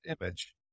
image